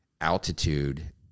altitude